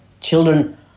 children